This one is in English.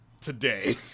today